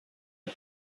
und